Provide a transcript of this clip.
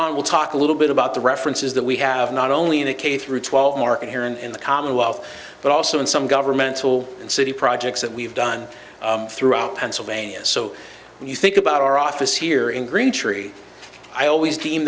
on we'll talk a little bit about the references that we have not only in a cave through twelve market here in the commonwealth but also in some governmental and city projects that we've done throughout pennsylvania so when you think about our office here in green tree i always